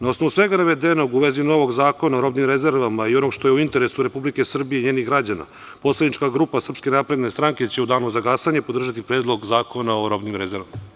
Na osnovu svega navedenog u vezi novo Zakona o robnim rezervama i onog što je u interesu Republike Srbije i njenih građana, poslanička grupa SNS će u danu za glasanje podržati Predlog zakona o robnim rezervama.